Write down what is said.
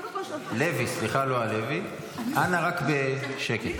חבר הכנסת לוי, אנא, רק בשקט.